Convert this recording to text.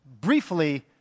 briefly